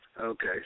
okay